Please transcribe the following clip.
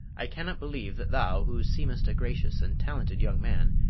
i cannot believe that thou, who seemest a gracious and talented young man,